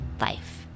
life